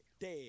dead